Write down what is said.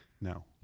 No